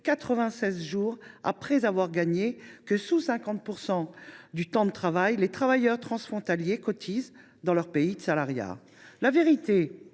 jours après avoir gagné que, sous 50 % du temps de travail, les travailleurs transfrontaliers cotisent dans leurs pays de salariat.